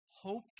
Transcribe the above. hope